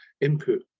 input